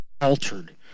altered